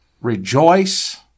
Rejoice